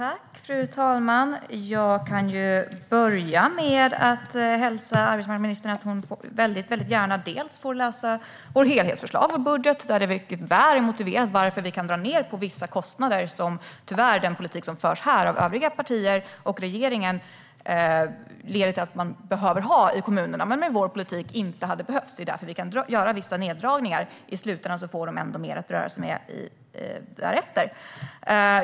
Fru talman! Jag vill börja med att säga till arbetsmarknadsministern att hon väldigt gärna får läsa vårt helhetsförslag till budget. I det är det väl motiverat hur vi kan dra ned på vissa kostnader som man i kommunerna tyvärr behöver ha med den politik som övriga partier och regeringen för. Med vår politik skulle dessa kostnader inte behövas, och därför kan vi göra vissa neddragningar. I slutändan får kommunerna ändå mer att röra sig med.